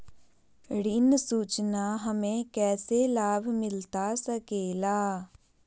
ऋण सूचना हमें कैसे लाभ मिलता सके ला?